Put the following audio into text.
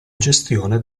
gestione